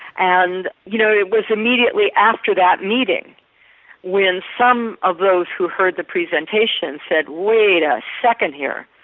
and you know it was immediately after that meeting when some of those who heard the presentation said wait a second here,